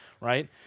Right